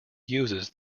uses